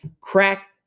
crack